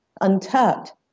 untapped